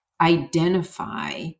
identify